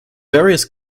various